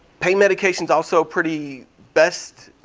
pain medication's also pretty best,